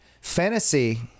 Fantasy